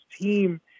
team